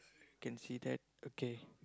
can see that okay